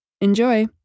Enjoy